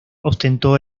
ostentó